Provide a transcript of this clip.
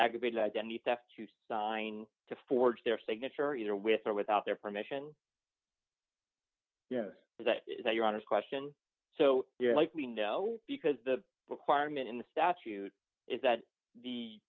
aggravated identity theft to sign to forge their signature either with or without their permission yes that is your honest question so yes like we know because the requirement in the statute is that the